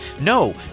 No